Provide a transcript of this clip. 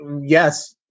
Yes